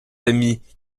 amis